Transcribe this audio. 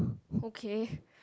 okay